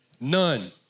None